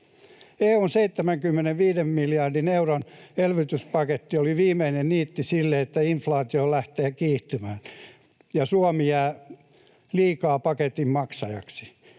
EU:n 75 miljardin euron elvytyspaketti oli viimeinen niitti sille, että inflaatio lähtee kiihtymään, ja Suomi jää liikaa paketin maksajaksi.